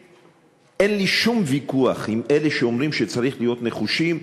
אין לי שום ויכוח עם אלה שאומרים שצריך להיות נחושים.